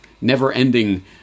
never-ending